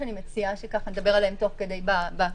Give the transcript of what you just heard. שאני מציעה שנדבר עליהם תוך כדי בהקראה,